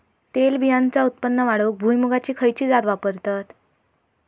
तेलबियांचा उत्पन्न वाढवूक भुईमूगाची खयची जात वापरतत?